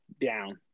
down